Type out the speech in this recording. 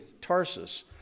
Tarsus